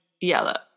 yellow